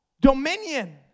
dominion